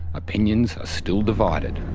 opinions are still divided.